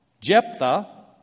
Jephthah